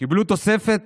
קיבלו תוספת